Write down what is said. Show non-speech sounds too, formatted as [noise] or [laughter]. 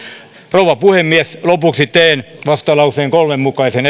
rouva puhemies lopuksi teen vastalauseen kolmen mukaisen [unintelligible]